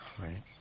Right